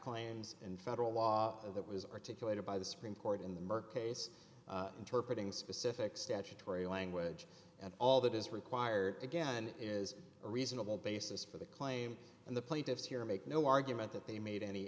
claims in federal law that was articulated by the supreme court in the merck case interpret ing specific statutory language and all that is required again is a reasonable basis for the claim and the plaintiffs here make no argument that they made any